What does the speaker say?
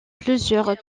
plusieurs